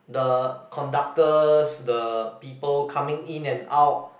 the conductors the people coming in and out